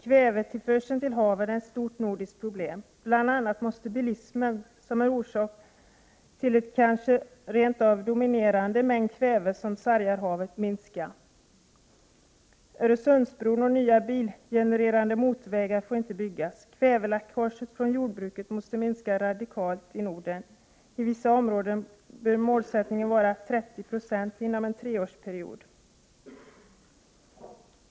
Kvävetillförsel till haven är ett stort nordiskt problem. Bl.a. måste bilismen — som är orsak till en kanske rent av dominerande mängd kväve, som sargar havet — minska. Öresundsbron och nya bilgenererande motorvägar får inte byggas. Kväveläckaget från jordbruket måste minska radikalt i Norden. I vissa områden bör målsättningen vara 30 96 inom en treårsperiod.